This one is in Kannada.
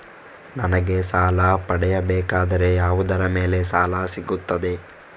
ನನಗೆ ಸಾಲ ಪಡೆಯಬೇಕಾದರೆ ಯಾವುದರ ಮೇಲೆ ಸಾಲ ಸಿಗುತ್ತೆ?